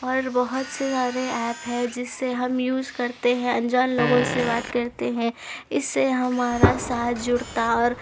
اور بہت سارے ایپ ہے جس سے ہم یوز کرتے ہیں انجان لوگوں سے بات کرتے ہیں اس سے ہمارا ساتھ جڑتا اور